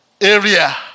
area